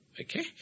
Okay